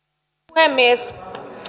puhemies